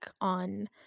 on